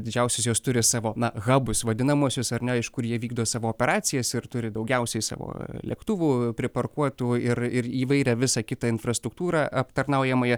didžiausios jos turi savo habus vadinamuosius ar ne iš kur jie vykdo savo operacijas ir turi daugiausiai savo lėktuvų priparkuotų ir ir įvairią visą kitą infrastruktūrą aptarnaujamąją